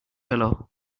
pillow